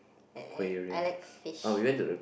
I I like fish